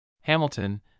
Hamilton